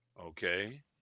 okay